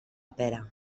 pera